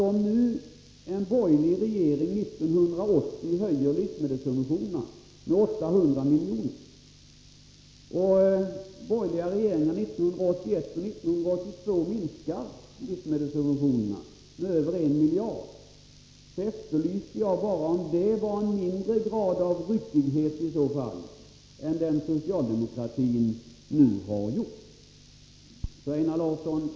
Om en borgerlig regering 1980 höjde livsmedelssubventionerna med 800 miljoner och borgerliga regeringar 1981 och 1982 minskade livsmedelssubventionerna med över en miljard, innebar det i så fall en mindre grad av ryckighet än det socialdemokratin nu har gjort? Det var bara detta jag efterlyste ett svar på.